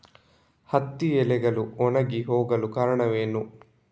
ಹತ್ತಿ ಎಲೆಗಳು ಒಣಗಿ ಹೋಗಲು ಕಾರಣವೇನು?